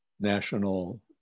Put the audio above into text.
national